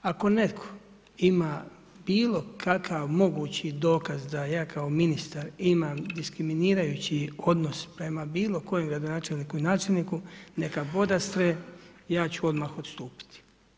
Ako netko ima bilo kakav mogući dokaz da ja kao ministar imam diskriminirajući odnos prema bilo kojem gradonačelniku ili načelniku neka podastre, ja ću odmah odstupiti.